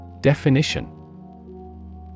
Definition